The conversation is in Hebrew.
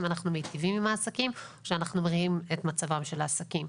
אם אנחנו מיטיבים עם העסקים או שאנחנו מריעים את מצבם של העסקים.